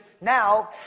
now